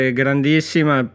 grandissima